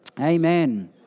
amen